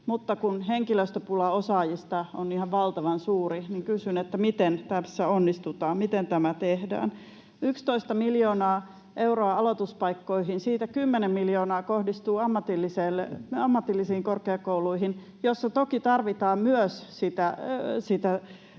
mutta kun henkilöstöpula osaajista on ihan valtavan suuri, niin kysyn: miten tässä onnistutaan, miten tämä tehdään? 11 miljoonaa euroa on aloituspaikkoihin, ja siitä 10 miljoonaa euroa kohdistuu ammatillisiin korkeakouluihin, joissa toki myös tarvitaan sitä